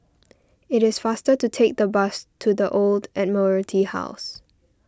it is faster to take the bus to the Old Admiralty House